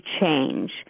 change